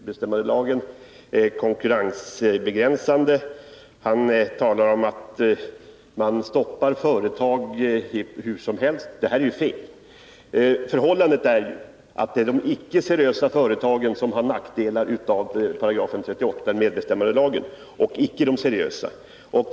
Fru talman! Sten Svensson läste högt ur sin motion, men innehållet i motionen blir inte mer riktigt för det. Sten Svensson upprepade här att bestämmelsen i 38 § i medbestämmandelagen är konkurrensbegränsande. Han talar om att man stoppar företag litet hur som helst. Detta är ju fel. Förhållandet är ju att det är de icke seriösa företagen som har nackdelar av 38 § i medbestämmandelagen, icke de seriösa företagen.